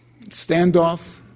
standoff